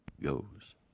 goes